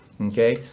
Okay